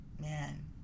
Man